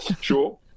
sure